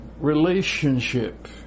relationship